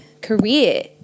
career